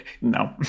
no